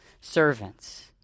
servants